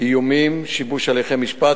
איומים ושיבוש הליכי משפט.